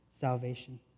salvation